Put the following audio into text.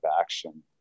action